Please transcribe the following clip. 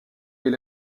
est